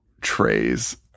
trays